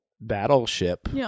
battleship